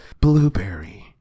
blueberry